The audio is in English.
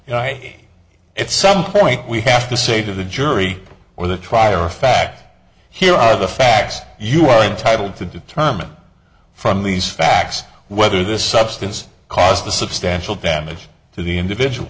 yea at some point we have to say to the jury or the trier of fact here are the facts you are entitled to determine from these facts whether this substance caused the substantial damage to the individual